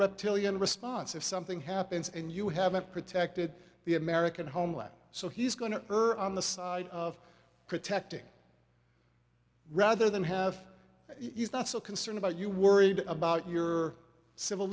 reptilian response if something happens and you haven't protected the american homeland so he's going to err on the side of protecting rather than have you thought so concerned about you worried about your civil